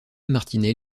martinet